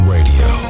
Radio